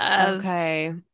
Okay